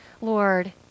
Lord